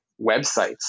websites